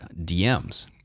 DMs